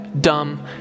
dumb